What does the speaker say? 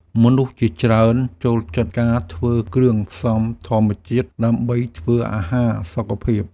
មនុស្សជាច្រើនចូលចិត្តការធ្វើគ្រឿងផ្សំធម្មជាតិដើម្បីធ្វើអាហារសុខភាព។